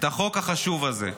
את החוק החשוב הזה.